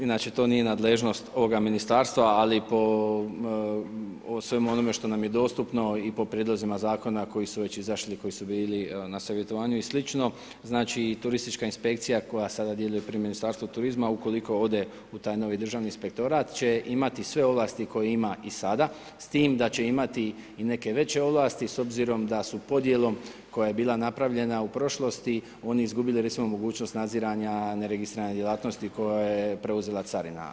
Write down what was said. Inače to nije nadležnost ovoga ministarstva ali po svemu onome što nam je dostupno i po prijedlozima zakona koji su već izašli, koji su bili na savjetovanju i sl., znači turistička inspekcija koja sada djeluje pri Ministarstvu turizma, ukoliko ode u taj novi državni inspektorat će imati sve ovlasti koje ima i sada, s time da će imati i neke veće ovlasti s obzirom da su podjelom koja je bila napravljena u prošlosti, oni izgubili recimo mogućnost nadziranja neregistrirane djelatnosti koja je preuzela carina.